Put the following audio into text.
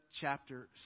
chapter